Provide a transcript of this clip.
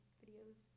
videos